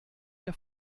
mehr